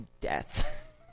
death